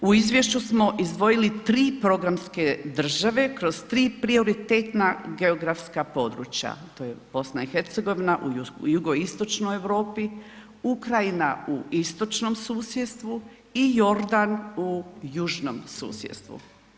U izvješću smo izdvojili tri programske države kroz tri prioritetna geografska područja, to je BiH u jugoistočnoj Europi, Ukrajina u istočnom susjedstvu i Jordan u južnom susjedstvu.